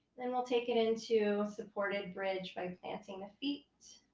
then we'll take it into supported bridge by planting the feet.